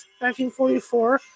1944